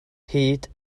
hyd